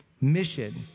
mission